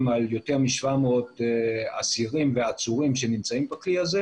על יותר מ-700 אסירים ועצורים שנמצאים בכלי הזה.